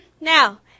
now